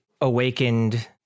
awakened